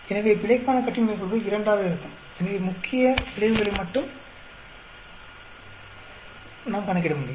எனவே பிழைக்கான கட்டின்மை கூறுகள் 2 ஆக இருக்கும் எனவே முக்கிய விளைவுகளை மட்டுமே நாம் கணக்கிட முடியும்